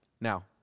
Now